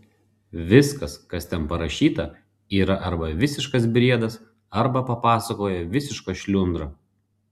viskas kas ten parašyta yra arba visiškas briedas arba papasakojo visiška šliundra